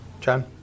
John